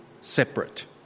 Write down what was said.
separate